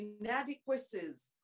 inadequacies